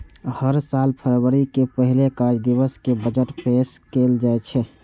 हर साल फरवरी के पहिल कार्य दिवस कें बजट पेश कैल जाइ छै